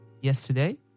yesterday